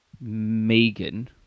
Megan